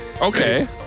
Okay